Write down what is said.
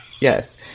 Yes